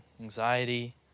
anxiety